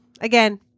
again